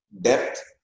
depth